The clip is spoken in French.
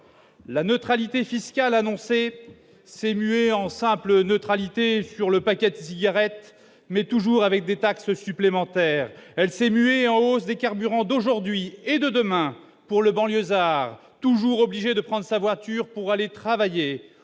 la neutralité fiscale annoncée s'est muée en simple neutralité sur le paquet de cigarettes, mais toujours avec des taxes supplémentaires, elle s'est muée en hausse des carburants, d'aujourd'hui et de demain pour le banlieusard toujours obligé de prendre sa voiture pour aller travailler